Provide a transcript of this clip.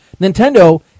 Nintendo